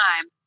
time